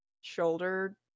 shoulder